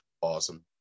Awesome